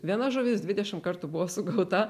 viena žuvis dvidešim kartų buvo sukurta